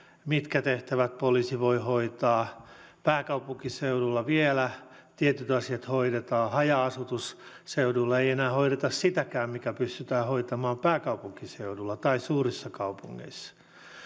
mitkä tehtävät poliisi voi hoitaa pääkaupunkiseudulla vielä tietyt asiat hoidetaan haja asutusseudulla ei enää hoideta sitäkään mikä pystytään hoitamaan pääkaupunkiseudulla tai suurissa kaupungeissa